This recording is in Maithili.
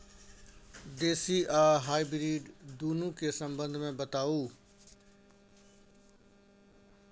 देसी आ हाइब्रिड दुनू के संबंध मे बताऊ?